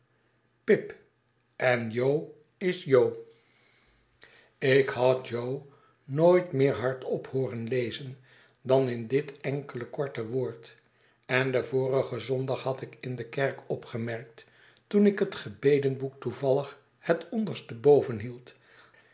pip en j is jo ik had jo nooit meer hardop hooren lezen dan dit enkele korte woord en den vorigen zondag had ik in de kerk opgemerkt toen ik het gebedenboek toevallig het onderste boven hield